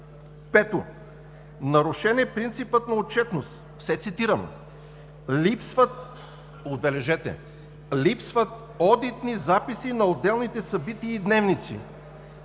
5. Нарушен е принципът на отчетност. Все цитирам. Липсват – отбележете, липсват одитни записи на отделните събития и дневници.